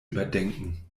überdenken